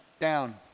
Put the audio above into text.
down